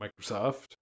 Microsoft